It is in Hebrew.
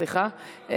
סליחה.